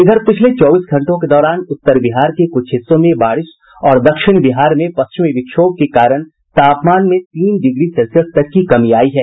इधर पिछले चौबीस घंटों के दौरान उत्तर बिहार कुछ हिस्सों में बारिश और दक्षिण बिहार में पश्चिमी विक्षोभ के कारण तापमान में तीन डिग्री सेल्सियस तक की कमी आई है